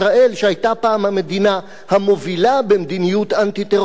שהיתה פעם המדינה המובילה במדיניות אנטי-טרוריסטית,